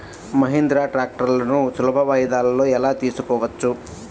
మహీంద్రా ట్రాక్టర్లను సులభ వాయిదాలలో ఎలా తీసుకోవచ్చు?